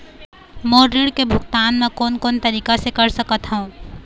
मोर ऋण के भुगतान म कोन कोन तरीका से कर सकत हव?